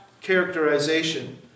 characterization